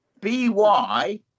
B-Y